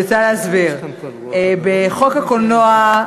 בחוק הקולנוע,